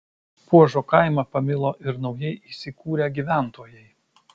puožo kaimą pamilo ir naujai įsikūrę gyventojai